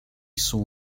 saw